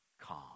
calm